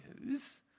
news